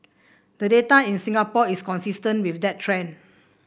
the data in Singapore is consistent with that trend